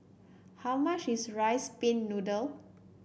how much is rice pin noodle